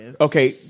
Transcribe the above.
Okay